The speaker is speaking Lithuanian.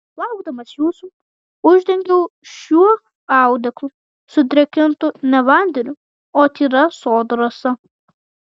laukdamas jūsų uždengiau šiuo audeklu sudrėkintu ne vandeniu o tyra sodo rasa